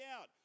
out